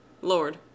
Lord